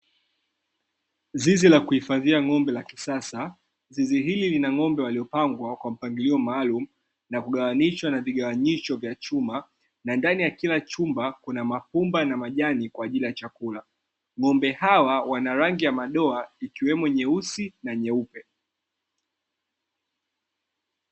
Zizi la kuhifadhia ng'ombe la kisasa. Zizi hili lina ng'ombe waliopangwa kwa mpangilio maalumu na kugawanyishwa na vigawanyisho vya chuma, na ndani ya kila chumba kuna mapumba na majani kwa ajili ya chakula. Ng'ombe hawa wana rangi ya madoa, ikiwemo; nyeusi na nyeupe.